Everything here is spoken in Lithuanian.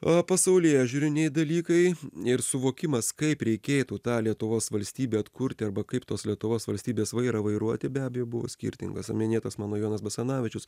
o pasaulėžiūriniai dalykai ir suvokimas kaip reikėtų tą lietuvos valstybę atkurti arba kaip tos lietuvos valstybės vairą vairuoti be abejo buvo skirtingas minėtas mano jonas basanavičius